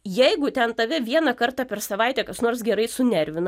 jeigu ten tave vieną kartą per savaitę kas nors gerai sunervina